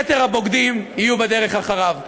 יתר הבוגדים יהיו בדרך אחריו.